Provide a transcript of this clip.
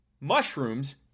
mushrooms